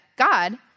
God